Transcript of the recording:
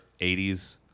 80s